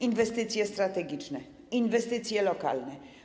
Inwestycje strategiczne, inwestycje lokalne.